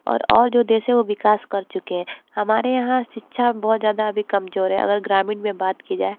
और और जो देश है वो विकास कर चुके हैं हमारे यहाँ शिक्षा बहुत ज़्यादा अभी कमज़ोर है अगर ग्रामीण में बात की जाए